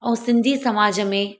ऐं सिंधी समाज में